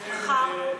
מחר,